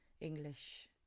English